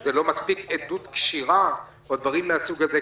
שזה לא מספיק עדוּת כשרה או דברים מן הסוג הזה.